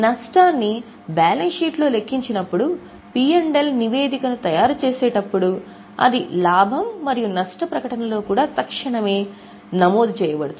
నష్టాన్ని బ్యాలెన్స్ షీట్లో లెక్కించినప్పుడు P మరియు L నివేదికను తయారుచేసేటప్పుడు అది లాభం మరియు నష్ట ప్రకటనలో కూడా తక్షణమే స్వయంచాలకంగా నమోదు చేయబడుతుంది